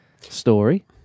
story